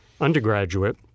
undergraduate